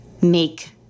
make